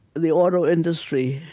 the auto industry